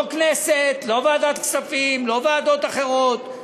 לא כנסת, לא ועדת כספים, לא ועדות אחרות.